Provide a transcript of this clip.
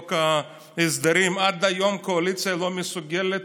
חוק ההסדרים עד היום הקואליציה לא מסוגלת